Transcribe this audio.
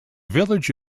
village